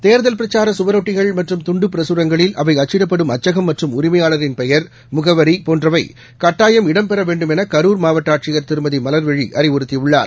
தேர்தல் பிரச்சாரசுவரொட்டிகள் மற்றும் துண்டுபிரசுரங்களில் அவைஅச்சிடப்படும் அச்சகம் மற்றும் உரிமையாளரின் பெயர் முகவரிபோன்றவைகட்டாயம் இடம்பெறவேண்டும் எனகரூர் மாவட்டஆட்சியர் திருமதிமல்விழிஅறிவுறுத்தியுள்ளார்